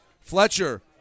Fletcher